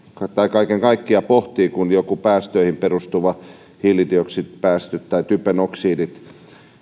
kaiken kaikkiaan pohtia kuin jollakin päästöihin perustuvalla hiilidioksidipäästöt tai typen oksidit